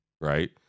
Right